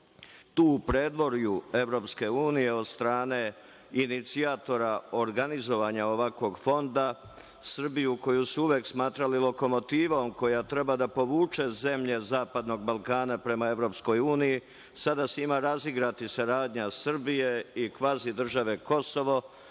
Tu, u predvorju EU, od strane inicijatora organizovanja ovakvog fonda, Srbiju koju su uvek smatrali lokomotivom koja treba da povuče zemlje zapadnog Balkana prema EU, sada se ima razigrati saradnja Srbije i kvazi-države Kosovo,